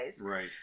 Right